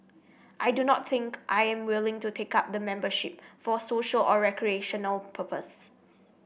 I do not think I am willing to take up the membership for social or recreational purpose